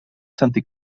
sentit